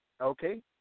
okay